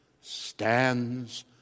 Stands